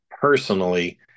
personally